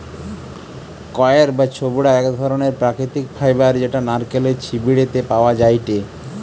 কইর বা ছোবড়া এক ধরণের প্রাকৃতিক ফাইবার যেটা নারকেলের ছিবড়ে তে পাওয়া যায়টে